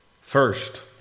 First